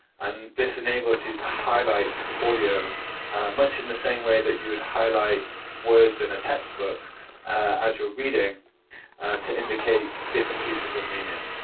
and this enables you to highlight audio much in the same way that you would highlight words in a textbook as you're reading to indicate different pieces of meaning.